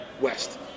west